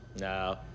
no